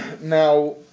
Now